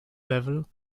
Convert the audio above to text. level